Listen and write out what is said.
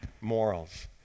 morals